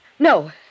No